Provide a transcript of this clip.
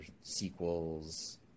sequels